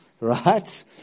Right